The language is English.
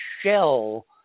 shell